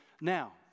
now